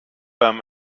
bei